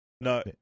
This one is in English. No